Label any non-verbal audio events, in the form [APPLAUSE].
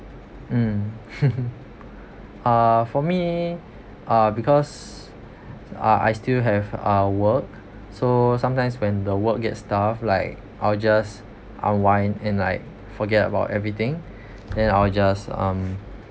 mm [LAUGHS] uh for me uh because uh I still have uh work so sometimes when the work gets tough like i'll just unwind and like forget about everything then i'll will just um